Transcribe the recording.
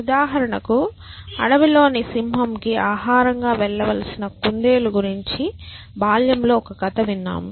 ఉదాహరణకు అడవిలోని సింహంకు ఆహారంగా వెళ్ళవలసిన కుందేలు గురించి బాల్యంలో ఒక కథ విన్నాము